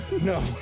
No